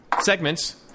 segments